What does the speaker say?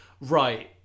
right